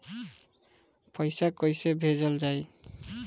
पैसा कैसे भेजल जाइ?